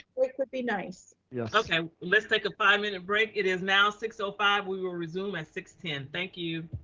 would be nice. yeah okay. let's take a five minute break. it is now six so five. we will resume at six ten. thank you.